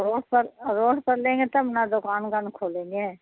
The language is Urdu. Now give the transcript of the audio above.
روڈ پر روڈ پر لیں گے تب نا دوکان کا کھولیں گے